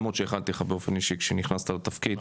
למרות שאיחלתי לך באופן אישי כשנכנסת לתפקיד.